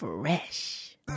Fresh